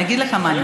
אני אגיד לך מה,